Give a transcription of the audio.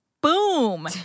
Boom